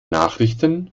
nachrichten